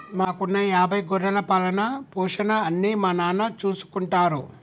మాకున్న యాభై గొర్రెల పాలన, పోషణ అన్నీ మా నాన్న చూసుకుంటారు